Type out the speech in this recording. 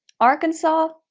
arkansas,